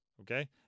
okay